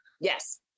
Yes